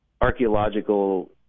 archaeological